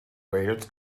wales